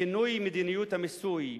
שינוי מדיניות המיסוי,